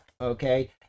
Okay